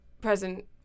present